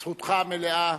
זכותך המלאה.